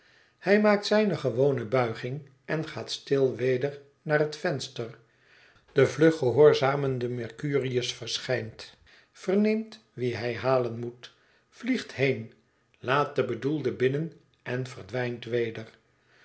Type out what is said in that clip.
hij maakt zijne gewone buiging en gaat stil weder naar het venster de vlug gehoorzamende mercurius verschijnt verneemt wie hij halen moet vliegt heen laat de bedoelde binnen en verdwijnt weder